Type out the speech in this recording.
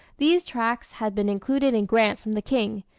these tracts had been included in grants from the king,